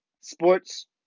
sports